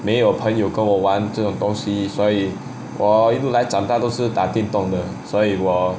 没有朋友跟我玩这种东西所以我一路来长大都是打电动的所以我